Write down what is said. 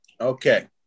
Okay